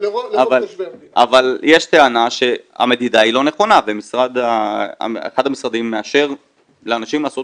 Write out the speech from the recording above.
אבל יש טענה שהמדידה היא לא נכונה ואחד המשרדים מאשר לאנשים לעשות